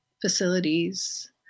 facilities